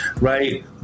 right